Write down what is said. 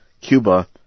Cuba